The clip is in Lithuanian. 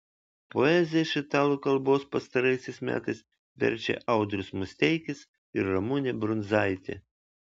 poeziją iš italų kalbos pastaraisiais metais verčia audrius musteikis ir ramunė brundzaitė